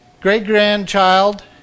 great-grandchild